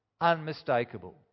unmistakable